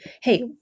Hey